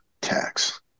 tax